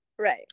Right